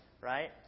right